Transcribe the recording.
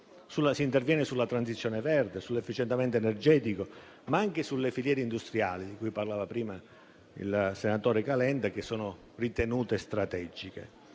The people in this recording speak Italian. Si interviene sulla transizione verde, sull'efficientamento energetico, ma anche sulle filiere industriali di cui parlava prima il senatore Calenda, che sono ritenute strategiche.